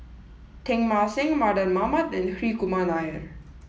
Teng Mah Seng Mardan Mamat and Hri Kumar Nair